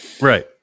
Right